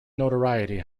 notoriety